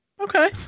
Okay